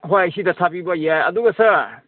ꯍꯣꯏ ꯁꯤꯗ ꯊꯥꯕꯤꯕ ꯌꯥꯏ ꯑꯗꯨꯒ ꯁꯥꯔ